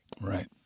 Right